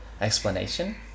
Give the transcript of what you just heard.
explanation